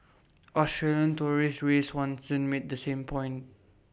Australian tourist ray Swanson made the same point